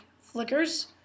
flickers